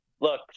look